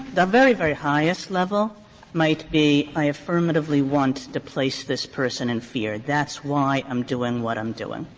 the very, very highest level might be i affirmatively want to place this person in fear that's why i'm doing what i'm doing.